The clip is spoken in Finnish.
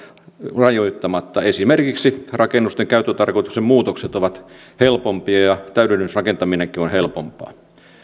rajoittamatta esimerkiksi rakennusten käyttötarkoituksen muutokset ovat helpompia ja täydennysrakentaminenkin on on helpompaa